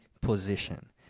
position